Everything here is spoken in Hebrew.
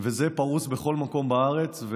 וזה פרוס בכל מקום בארץ,